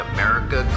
America